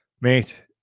Mate